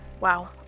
Wow